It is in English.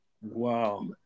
Wow